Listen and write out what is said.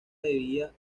debía